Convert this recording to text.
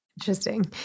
Interesting